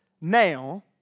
now